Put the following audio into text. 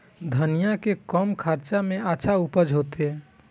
धनिया के कम खर्चा में अच्छा उपज होते?